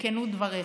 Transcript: ולכנות דבריך.